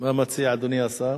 מה מציע אדוני השר?